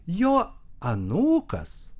jo anūkas